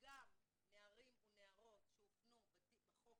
גם נערים ונערות שהופנו בחוק